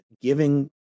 giving